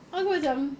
aku macam